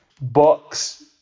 books